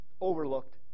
Overlooked